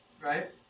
Right